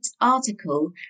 article